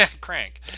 crank